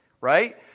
Right